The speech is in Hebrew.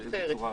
אחרת.